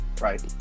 right